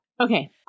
Okay